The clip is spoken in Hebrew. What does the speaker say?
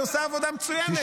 היא עושה עבודה מצוינת,